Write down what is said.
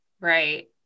Right